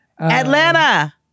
Atlanta